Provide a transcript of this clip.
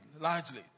largely